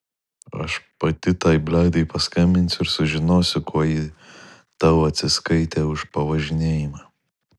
aš pati tai bledei paskambinsiu ir sužinosiu kuo ji tau atsiskaitė už pavažinėjimą